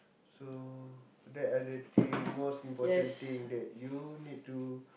so that are the three most important things that you need to